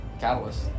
Catalyst